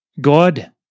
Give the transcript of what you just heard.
God